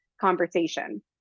conversation